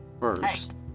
first